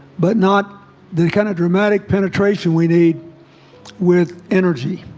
but not the kind of dramatic penetration we need with energy